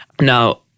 now